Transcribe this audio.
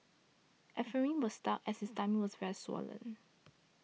Ephraim was stuck as his tummy was very swollen